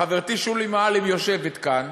חברתי שולי מועלם יושבת כאן,